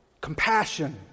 compassion